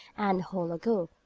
and houlagou,